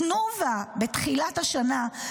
תנובה בתחילת השנה,